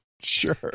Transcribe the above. Sure